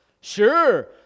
Sure